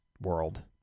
world